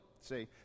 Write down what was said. See